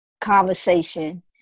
conversation